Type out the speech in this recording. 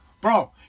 Bro